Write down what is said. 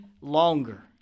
longer